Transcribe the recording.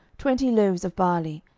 twenty loaves of barley,